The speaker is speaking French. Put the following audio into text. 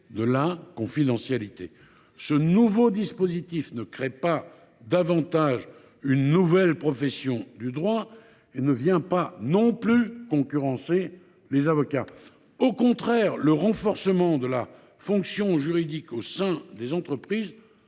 de la confidentialité. Ce nouveau dispositif ne crée pas davantage une nouvelle profession du droit qui concurrencerait les avocats : au contraire, le renforcement de la fonction juridique au sein des entreprises